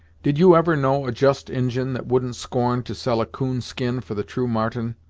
did you ever know a just injin that wouldn't scorn to sell a coon skin for the true marten,